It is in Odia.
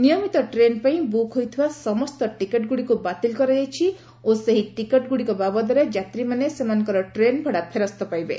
ନିୟମିତ ଟ୍ରେନ୍ ପାଇଁ ବୁକ୍ ହୋଇଥିବା ସମସ୍ତ ଟିକଟଗୁଡ଼ିକୁ ବାତିଲ କରାଯାଇଛି ଓ ସେହି ଟିକଟଗୁଡ଼ିକ ବାବଦରେ ଯାତ୍ରୀମାନେ ସେମାନଙ୍କର ଟ୍ରେନ୍ଭଡା ଫେରସ୍ତ ପାଇବେ